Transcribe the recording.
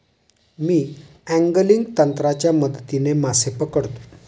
मी angling तंत्राच्या मदतीने मासे पकडतो